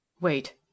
wait